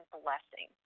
blessing